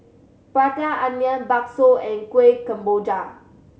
Prata Onion bakso and Kueh Kemboja